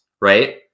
Right